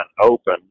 open